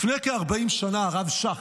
לפני כ-40 שנה הרב שך,